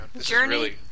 Journey